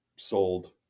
sold